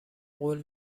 قول